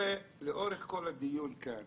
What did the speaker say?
לאורך כל הדיון כאן